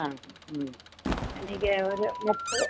ആ മ്മ് എനിക്ക് ഒരു മുപ്പത്